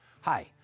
Hi